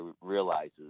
realizes